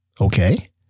Okay